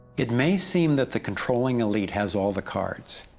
it may seem that the controlling elite has all the cards,